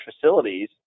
facilities